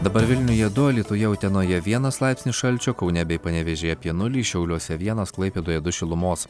dabar vilniuje du alytuje utenoje vienas laipsnis šalčio kaune bei panevėžyje apie nulį šiauliuose vienas klaipėdoje du šilumos